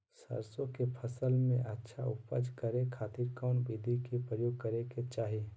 सरसों के फसल में अच्छा उपज करे खातिर कौन विधि के प्रयोग करे के चाही?